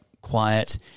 quiet